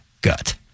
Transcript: gut